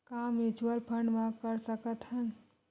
का mutual fund म कर सकत हन?